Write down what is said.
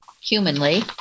humanly